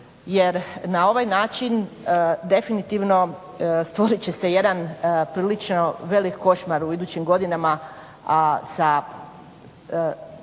jer na ovaj način definitivno stvorit će se jedan prilično velik košmar u idućim godinama, a